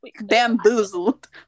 Bamboozled